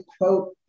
quote